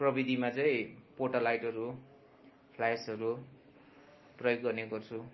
प्रविधिमा चाहिँ पोटालाइटहरू फ्लायर्सहरू प्रयोग गर्ने गर्छु